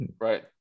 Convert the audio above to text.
right